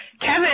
Kevin